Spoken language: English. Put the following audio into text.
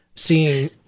seeing